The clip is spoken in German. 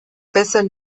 bessern